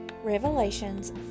Revelations